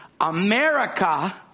America